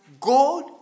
God